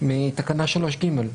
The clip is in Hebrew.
מתקנה 3(ג).